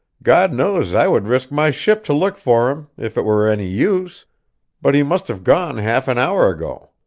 god knows i would risk my ship to look for him, if it were any use but he must have gone half an hour ago.